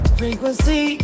frequency